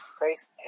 face